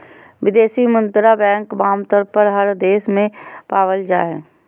विदेशी मुद्रा बैंक आमतौर पर हर देश में पावल जा हय